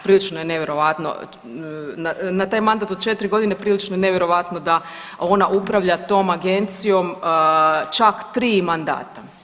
Prilično je nevjerojatno, na taj mandat od 4 godine prilično je nevjerojatno da ona upravlja tom agencijom čak 3 mandata.